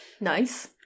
nice